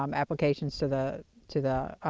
um applications to the to the,